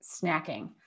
snacking